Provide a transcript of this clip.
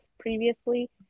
previously